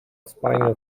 spinal